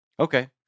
Okay